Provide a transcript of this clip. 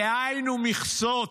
דהיינו מכסות.